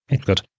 Good